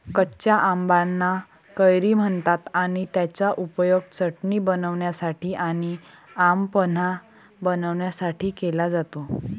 कच्या आंबाना कैरी म्हणतात आणि त्याचा उपयोग चटणी बनवण्यासाठी आणी आम पन्हा बनवण्यासाठी केला जातो